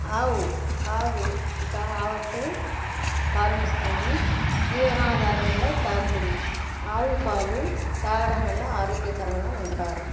ఆవు ఆవు ఇక ఆవంటే పాలనిస్తుంది జీవనాధారం కూడా సాగుతుంది ఆవు పాలు తాగడం వల్ల ఆరోగ్యకరంగా ఉంటారు